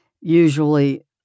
usually